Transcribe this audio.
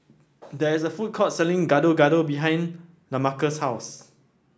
there is a food court selling Gado Gado behind Lamarcus' house